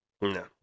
No